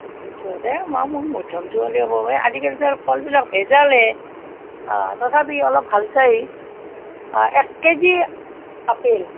দুশতো আছে এই মা মোক মধ্য়মটো হ'লেও হ'ব এই আজিকালিতো আৰু ফলবিলাক ভেজালেই অঁ তথাপি অলপ ভাল চাই এক কেজি আপেল